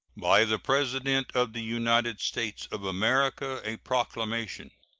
by the president of the united states of america. a proclamation.